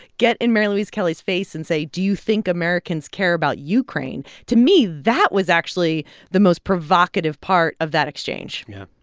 get in mary louise kelly's face and say, do you think americans care about ukraine to me, that was actually the most provocative part of that exchange yeah.